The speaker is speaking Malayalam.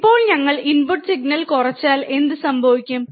ഇപ്പോൾ ഞങ്ങൾ ഇൻപുട്ട് സിഗ്നൽ കുറച്ചാൽ എന്ത് സംഭവിക്കും